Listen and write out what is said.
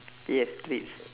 yes treats